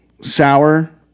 sour